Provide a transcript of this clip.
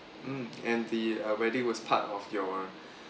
mm and the uh wedding was part of your